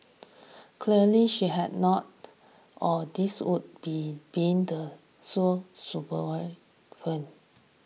clearly she had not or this would be been the